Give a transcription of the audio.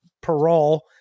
parole